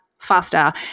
faster